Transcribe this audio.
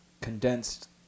condensed